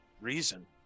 reason